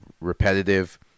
repetitive